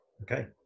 Okay